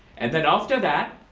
and then after that,